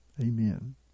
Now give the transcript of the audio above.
Amen